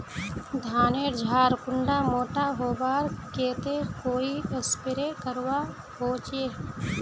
धानेर झार कुंडा मोटा होबार केते कोई स्प्रे करवा होचए?